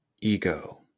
ego